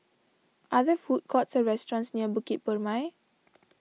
are there food courts or restaurants near Bukit Purmei